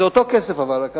אבל זה אותו כסף שחסר.